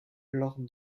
lord